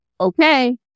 okay